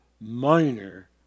minor